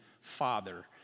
father